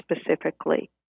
specifically